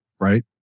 right